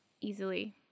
easily